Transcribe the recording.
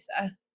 Lisa